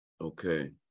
Okay